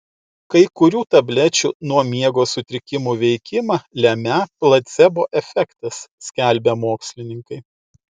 kai kurių tablečių nuo miego sutrikimų veikimą lemią placebo efektas skelbia mokslininkai